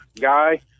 guy